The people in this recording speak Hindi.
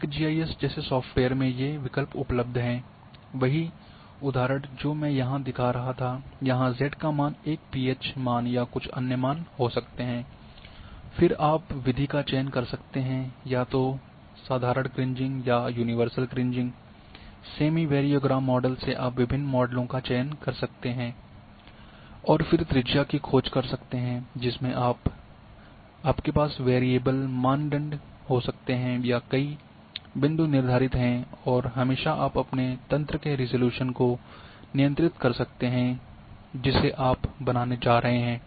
आर्क जीआईएस जैसे सॉफ्टवेयर में ये विकल्प उपलब्ध हैं वही उदाहरण जो मैं यहाँ दिखा रहा थायहाँ z का मान एक पीएच मान या कुछ अन्य मान हो सकते हैं फिर आप विधि का चयन कर सकते हैं या तो साधारण क्रीजिंग या universal kriging semi variogram model से आप विभिन्न मॉडलों का चयन कर सकते हैं और फिर त्रिज्या को खोज सकते हैं जिसमें आपके पास वेरिएबल मानदंड हो सकते हैं या कई बिंदु निर्धारित हैं और हमेशा आप अपने तंत्र के रेसोलुशन को नियंत्रित कर सकते हैं जिसे आप बनाने जा रहे हैं